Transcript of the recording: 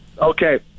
Okay